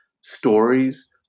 stories